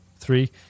Three